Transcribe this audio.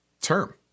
term